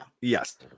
Yes